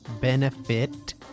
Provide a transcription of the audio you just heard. benefit